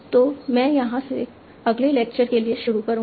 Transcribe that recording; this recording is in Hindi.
तो मैं यहाँ से अगले लेक्चर के लिए शुरू करूँगा